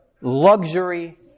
luxury